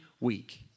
week